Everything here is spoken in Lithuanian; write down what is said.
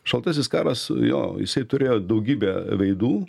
šaltasis karas jo jisai turėjo daugybę veidų